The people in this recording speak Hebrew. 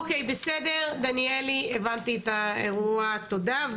אוקיי, בסדר, דניאלי, הבנתי את האירוע, תודה.